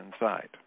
inside